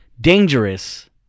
Dangerous